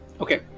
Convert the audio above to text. Okay